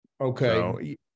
Okay